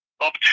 up